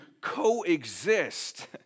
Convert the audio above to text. coexist